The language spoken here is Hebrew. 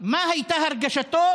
מה הייתה הרגשתו